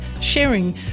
sharing